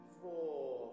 four